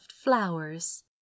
flowers